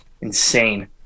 insane